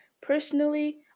Personally